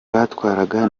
batwaraga